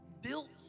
built